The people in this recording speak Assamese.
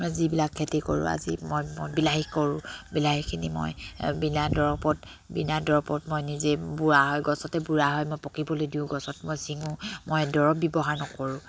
মই যিবিলাক খেতি কৰোঁ আজি মই বিলাহী কৰোঁ বিলাহীখিনি মই বিনা দৰৱত বিনা দৰৱত মই নিজে বুঢ়া হয় গছতে বুঢ়া হয় মই পকিবলৈ দিওঁ গছত মই চিঙো মই দৰৱ ব্যৱহাৰ নকৰোঁ